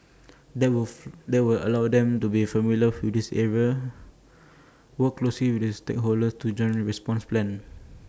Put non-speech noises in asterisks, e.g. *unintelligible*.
that *unintelligible* that will allow them to be familiar with this areas work close with stakeholders in joint response plans